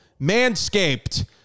manscaped